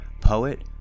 poet